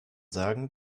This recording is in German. sagen